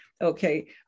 okay